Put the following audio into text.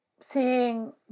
seeing